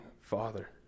Father